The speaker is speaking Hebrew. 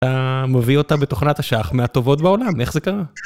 אתה מביא אותה בתוכנת השח, מהטובות בעולם, איך זה קרה?